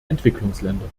entwicklungsländer